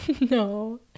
no